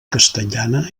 castellana